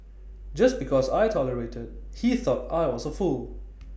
just because I tolerated he thought I was A fool